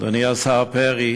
אדוני השר פרי,